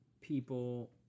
people